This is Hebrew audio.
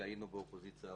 כשהיינו באופוזיציה,